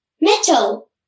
metal